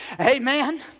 amen